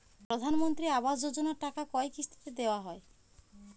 প্রধানমন্ত্রী আবাস যোজনার টাকা কয় কিস্তিতে দেওয়া হয়?